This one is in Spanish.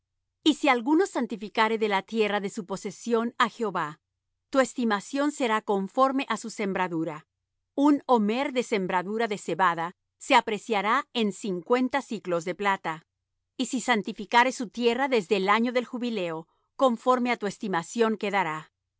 y si alguno santificare de la tierra de su posesión á jehová tu estimación será conforme á su sembradura un omer de sembradura de cebada se apreciará en cincuenta siclos de plata y si santificare su tierra desde el año del jubileo conforme á tu estimación quedará